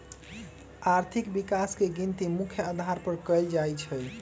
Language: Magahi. आर्थिक विकास के गिनती मुख्य अधार पर कएल जाइ छइ